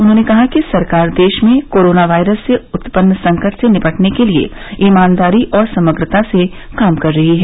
उन्होंने कहा कि सरकार देश में कोरोना वायरस से उत्पन्न संकट से निपटने के लिए ईमानदारी और समग्रता से काम कर रही है